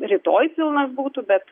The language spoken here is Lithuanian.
rytoj pilnas būtų bet